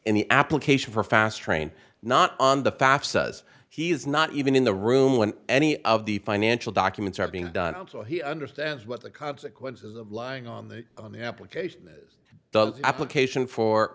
in the application for a fast train not on the fafsa as he is not even in the room when any of the financial documents are being done so he understands what the consequences of lying on the on the application is the application for